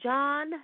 John